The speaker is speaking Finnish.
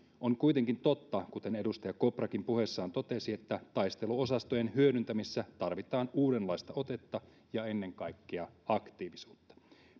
on kuitenkin totta kuten edustaja koprakin puheessaan totesi että taisteluosastojen hyödyntämisessä tarvitaan uudenlaista otetta ja ennen kaikkea aktiivisuutta